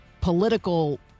political